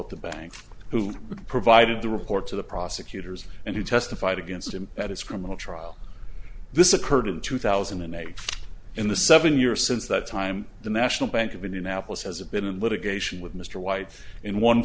at the banks who provided the report to the prosecutors and who testified against him that it's criminal trial this occurred in two thousand and eight in the seven years since that time the national bank of indianapolis has been in litigation with mr white in one